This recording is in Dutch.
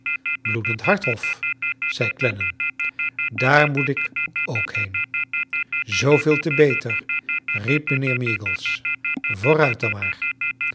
bloedend hart hof zei clennam daar moet ik ook heen zooveel te beter riep mijnheer meagles vooruit dan maar